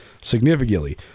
significantly